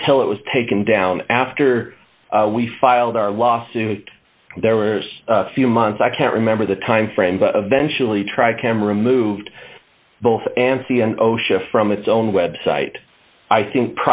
ntil it was taken down after we filed our lawsuit there were a few months i can't remember the timeframe but eventually tried camera moved both and see an osha from its own website i think